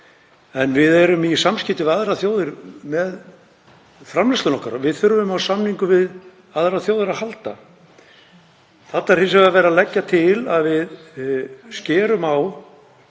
en við erum í samskiptum við aðrar þjóðir með framleiðsluna okkar og þurfum á samningum við aðrar þjóðir að halda. Þarna er hins vegar verið að leggja til að við skerum á